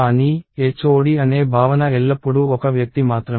కానీ HOD అనే భావన ఎల్లప్పుడూ ఒక వ్యక్తి మాత్రమే